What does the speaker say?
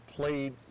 played